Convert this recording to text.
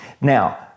Now